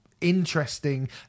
interesting